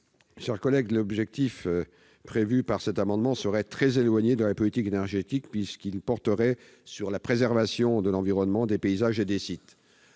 commission ? Les objectifs figurant dans cet amendement seraient très éloignés de la politique énergétique puisqu'ils porteraient sur la préservation de l'environnement, des paysages et des sites.